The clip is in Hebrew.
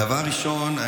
דבר ראשון,